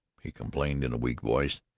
he complained in a weak voice.